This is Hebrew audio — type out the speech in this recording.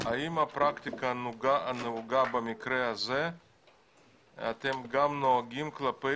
האם הפרקטיקה הנהוגה במקרה הזה אתם גם נוהגים כלפי